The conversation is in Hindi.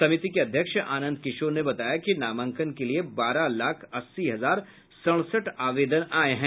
समिति के अध्यक्ष आनंद किशोर ने बताया कि नामांकन के लिए बारह लाख अस्सी हजार सड़सठ आवेदन आये हैं